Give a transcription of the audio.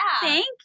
thank